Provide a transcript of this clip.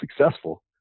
successful